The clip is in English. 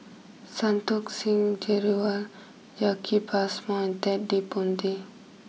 Santokh Singh Grewal Jacki Passmore and Ted De Ponti